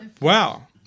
wow